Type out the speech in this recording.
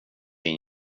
din